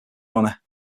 honor